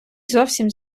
зовсім